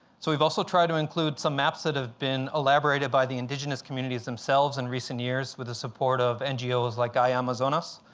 so we've also tried to include some maps that have been elaborated by the indigenous communities themselves in recent years with the support of ngos like gaia amazonas,